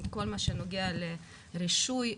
כל מה שנוגע לרישוי,